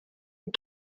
les